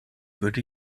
würde